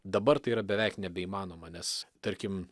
dabar tai yra beveik nebeįmanoma nes tarkim